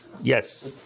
Yes